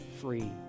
free